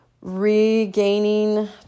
regaining